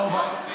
לא.